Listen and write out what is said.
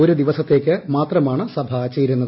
ഒരു ദിവസത്തേക്ക് മാത്രമാണ് സഭ ചേരുന്നത്